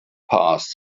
past